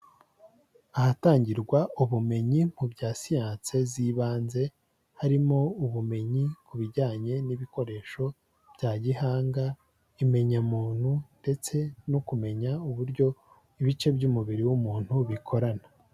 Ahatangirwa ubumenyi mu bya siyanse z'ibanze, harimo ubumenyi ku bijyanye n'ibikoresho bya gihanga, imenyamuntu ndetse no kumenya uburyo ibice by'umubiri w'umuntu bikorana.